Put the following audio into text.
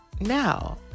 Now